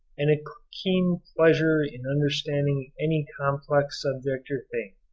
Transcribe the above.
and a keen pleasure in understanding any complex subject or thing.